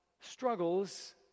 struggles